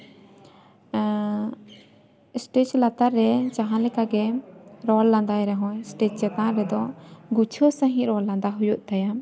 stage ᱞᱟᱛᱟᱨ ᱨᱮ ᱡᱟᱦᱟᱸᱞᱮᱠᱟ ᱜᱮ ᱨᱚᱲ ᱞᱟᱸᱫᱟᱭ ᱨᱮᱦᱚᱸᱭ ᱮᱥᱴᱮᱡ ᱪᱮᱛᱟᱱ ᱨᱮᱫᱚ ᱜᱩᱪᱷᱟᱹᱣ ᱥᱟᱺᱦᱤᱡ ᱨᱚᱲ ᱞᱟᱸᱫᱟ ᱦᱩᱭᱩᱜ ᱛᱟᱭᱟ